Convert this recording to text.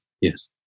Yes